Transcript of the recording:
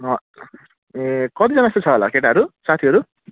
ए कतिजना जस्तो छ होला केटाहरू साथीहरू